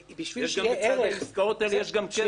לצד העסקאות האלה יש גם כסף.